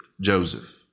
Joseph